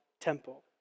temple